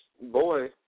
boy